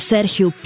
Sergio